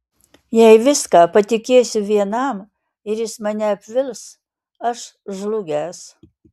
jei viską patikėsiu vienam ir jis mane apvils aš žlugęs